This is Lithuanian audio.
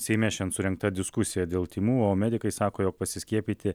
seime surengta diskusija dėl tymų o medikai sako jog pasiskiepyti